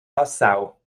nassau